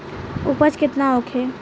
उपज केतना होखे?